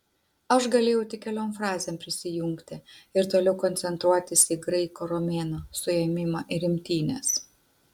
aš galėjau tik keliom frazėm prisijungti ir toliau koncentruotis į graiko romėno suėmimą ir imtynes